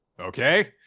Okay